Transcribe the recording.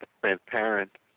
transparent